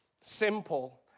simple